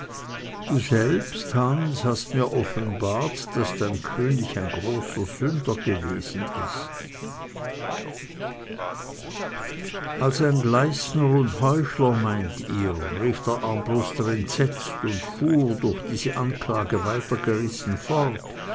du selbst hans hast mir offenbart daß dein könig ein großer sünder gewesen ist als ein gleisner und heuchler meint ihr rief der armbruster entsetzt und fuhr durch diese anklage weitergerissen fort